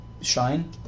shine